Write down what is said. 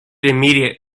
immediate